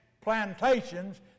plantations